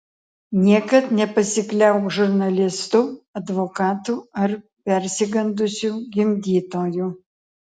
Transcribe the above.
niekad nepasikliauk žurnalistu advokatu ar persigandusiu gimdytoju